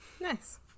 Nice